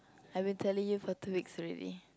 I've been telling you for two weeks already